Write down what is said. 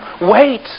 Wait